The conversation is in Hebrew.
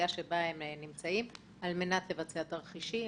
על מנת לבצע תרחישים,